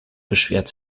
beschwert